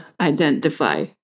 identify